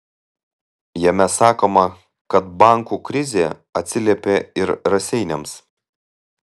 jame sakoma kad bankų krizė atsiliepė ir raseiniams